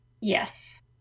Yes